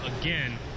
again